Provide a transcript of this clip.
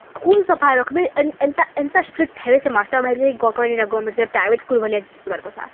school ସଫା ରଖିବେ ଏନ୍ତା ଏନ୍ତା ଷ୍ଟ୍ରିକ୍ଟ ହେଲେ ଯାଇ ସେ ମାଷ୍ଟରମାନେ ଯ ଯେ ଗଭର୍ଣ୍ଣମେଣ୍ଟ ଗଭର୍ଣ୍ଣମେଣ୍ଟ ସେ ପ୍ରାଇଭେଟ ସ୍କୁଲ୍ ଭଳି ଦିଶୁଥିବାର କଥା